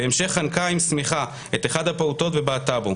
בהמשך חנקה עם שמיכה את אחד הפעוטות ובעטה בו.